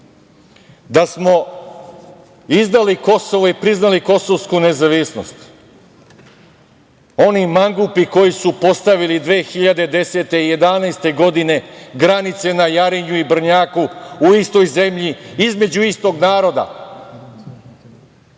da smo izdali Kosovo i priznali kosovsku nezavisnost, oni mangupi koji su postavili 2010. i 2011. godine granice na Jarinju i Brnjaku u istoj zemlji između istog naroda.